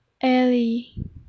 Ellie